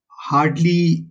hardly